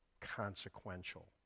consequential